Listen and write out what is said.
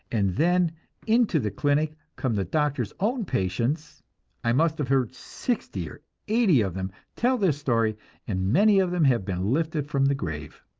and then into the clinic come the doctor's own patients i must have heard sixty or eighty of them tell their story and many of them have been lifted from the grave.